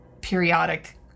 periodic